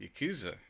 Yakuza